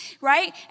right